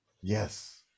yes